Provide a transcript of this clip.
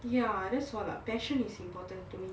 ya that's why passion is important to me